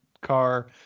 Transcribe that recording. car